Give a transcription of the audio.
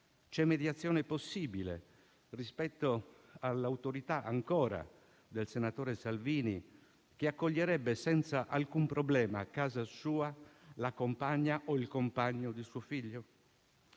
c'è mediazione possibile rispetto all'autorità ancora del senatore Salvini, che accoglierebbe senza alcun problema a casa sua la compagna o il compagno di suo figlio?